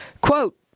Quote